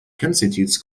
constitutes